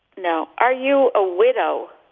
no. are you a widow?